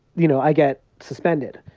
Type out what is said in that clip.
you know, i get suspended,